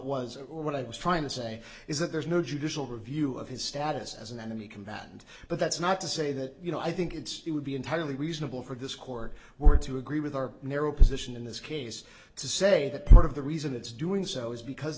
or what i was trying to say is that there's no judicial review of his status as an enemy combatant but that's not to say that you know i think it's it would be entirely reasonable for this court were to agree with our narrow position in this case to say that part of the reason it's doing so is because